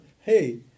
hey